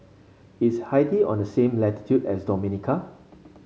is Haiti on the same latitude as Dominica